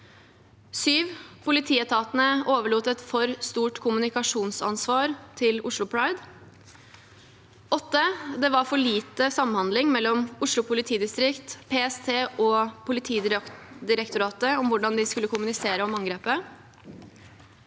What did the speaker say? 7. Politietatene overlot et for stort kommunikasjonsansvar til Oslo Pride. 8. Det var for lite samhandling mellom Oslo politidistrikt, PST og Politidirektoratet om hvordan de skulle kommunisere om angrepet.